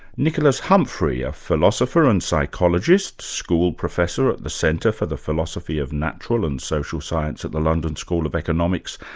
nicholas humphrey, a philosopher and psychologist, school professor at the centre for the philosophy of natural and social science at the london school of economics,